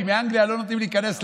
כי מאנגליה לא נותנים להיכנס לארץ,